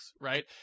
Right